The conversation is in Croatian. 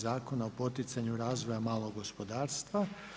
Zakona o poticanju razvoja malog gospodarstva.